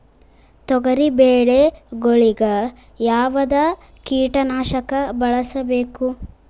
ತೊಗರಿಬೇಳೆ ಗೊಳಿಗ ಯಾವದ ಕೀಟನಾಶಕ ಬಳಸಬೇಕು?